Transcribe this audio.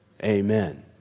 amen